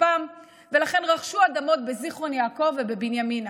כספם ולכן רכשו אדמות בזיכרון יעקב ובבנימינה.